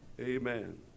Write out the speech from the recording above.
Amen